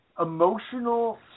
emotional